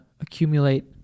accumulate